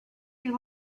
you